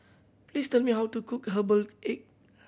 please tell me how to cook herbal egg